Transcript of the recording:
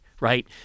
right